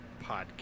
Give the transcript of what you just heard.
Podcast